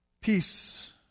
peace